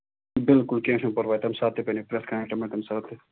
بِلکُل کیٚنہہ چھُنہٕ پَرواے تَمہِ ساتہٕ تہِ بَنہِ پرٛٮ۪تھ کانٛہہ آیٹَم بَنہِ تَمہِ ساتہٕ تہِ